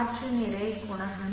காற்று நிறை குணகம்